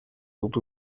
тут